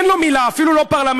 אין לו מילה, אפילו לא פרלמנטרית,